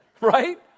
Right